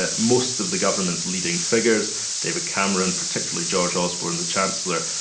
ah most of the government's leading figures david cameron, particularly george osborne, the chancellor,